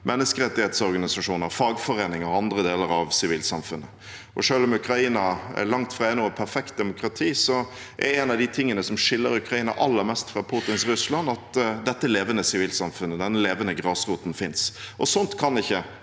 menneskerettighetsorganisasjoner, fagforeninger og andre deler av sivilsamfunnet. Selv om Ukraina er langt fra noe perfekt demokrati, er noe av det som skiller Ukraina aller mest fra Putins Russland, at dette er levende sivilsamfunn der den levende grasroten finnes. Sånt kan ikke